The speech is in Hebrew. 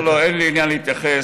לא, אין לי עניין להתייחס.